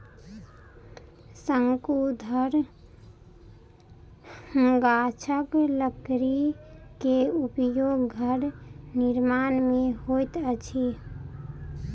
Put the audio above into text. शंकुधर गाछक लकड़ी के उपयोग घर निर्माण में होइत अछि